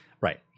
Right